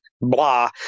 blah